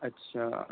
اچھا